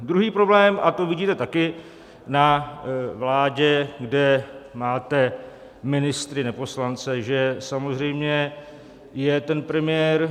Druhý problém a to vidíte taky na vládě, kde máte ministry neposlance, že samozřejmě je ten premiér.